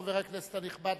חבר הכנסת הנכבד,